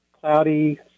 cloudy